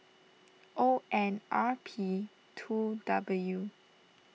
O N R P two W